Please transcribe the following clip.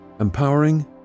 empowering